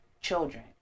children